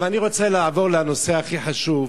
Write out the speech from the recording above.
אני רוצה עכשיו לעבור לנושא הכי חשוב.